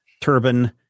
turban